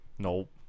Nope